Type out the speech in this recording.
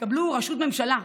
תקבלו ראשות ממשלה,